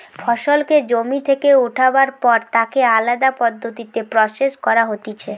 ফসলকে জমি থেকে উঠাবার পর তাকে আলদা পদ্ধতিতে প্রসেস করা হতিছে